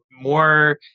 more